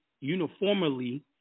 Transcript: uniformly